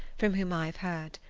from whom i have heard.